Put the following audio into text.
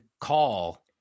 call